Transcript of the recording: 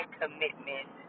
commitment